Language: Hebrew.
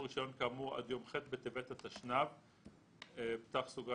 רישיון כאמור עד יום ח' בטבת התשנ"ו (31